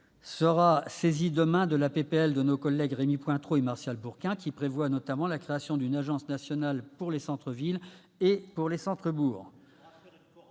de la proposition de loi de nos collègues Rémy Pointereau et Martial Bourquin, qui prévoit notamment la création d'une agence nationale pour les centres-villes et centres-bourgs.